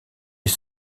les